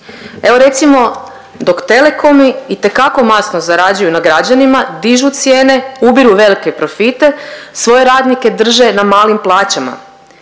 Evo recimo dok telekomi itekako masno zarađuju na građanima, dižu cijene, ubiru velike profite svoje radnike drže na malim plaćama.